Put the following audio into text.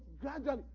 gradually